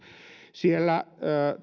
siellä